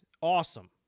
awesome